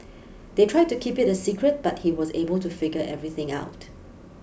they tried to keep it the secret but he was able to figure everything out